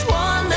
one